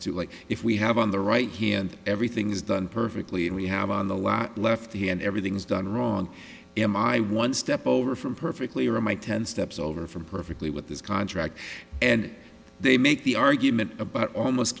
to like if we have on the right hand everything's done perfectly and we have on the lot left the end everything's done wrong am i one step over from perfectly or my ten steps over from perfectly with this contract and they make the argument about almost